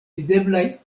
videblaj